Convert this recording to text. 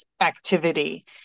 activity